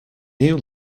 new